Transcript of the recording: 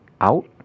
out